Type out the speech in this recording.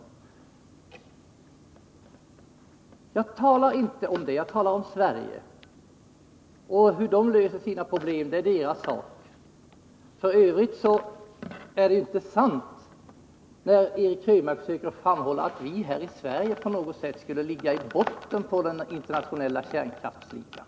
Men jag talar inte om dem utan jag talar om Sverige. Hur öststaterna sedan löser sina problem är deras sak. F. ö. är det inte sant, som Eric Krönmark söker framhålla, att Sverige skulle ligga lägst i den internationella kärnkraftsligan.